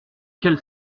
quel